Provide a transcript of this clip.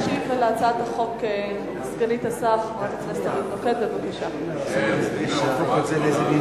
תשיב על הצעת החוק סגנית השר חברת הכנסת אורית נוקד,